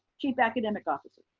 chief academic officer.